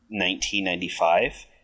1995